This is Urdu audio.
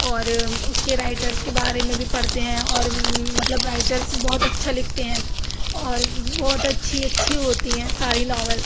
اور اُس کے رائٹرس کے بارے میں بھی پڑھتے ہیں اور مطلب رائٹرس بہت اچھا لکھتے ہیں اور بہت اچھی اچھی ہوتی ہیں ساری ناول